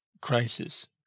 crisis